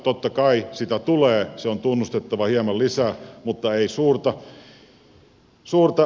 totta kai sitä tulee se on tunnustettava hieman lisää mutta ei suurta